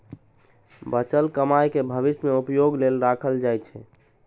बचल कमाइ कें भविष्य मे उपयोग लेल राखल जाइ छै